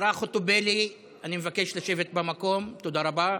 השרה חוטובלי, אני מבקש לשבת במקום, תודה רבה.